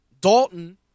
Dalton